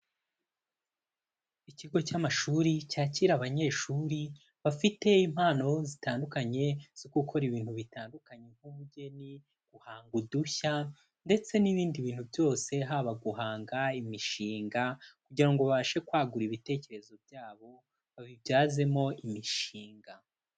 Ikigo cy'amashuri cyakira abanyeshuri bafite impano zitandukanye zo gukora ibintu bitandukanye, nk'umugeni, guhanga udushya ndetse n'ibindi bintu byose, haba guhanga imishinga kugira ngo babashe kwagura ibitekerezo byabo babibyazemo imishinga.